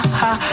ha